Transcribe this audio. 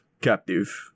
captive